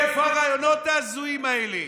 מאיפה הרעיונות ההזויים האלה?